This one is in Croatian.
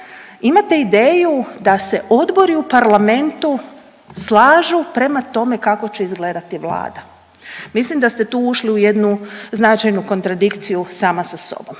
imate ideju da se odbori u parlamentu slažu prema tome kako će izgledati Vlada. Mislim da ste tu ušli u jednu značajnu kontradikciju sama sa sobom.